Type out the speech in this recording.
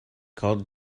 called